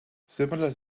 similar